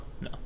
No